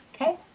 Okay